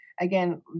again